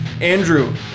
Andrew